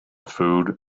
food